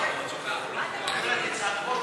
אלהרר.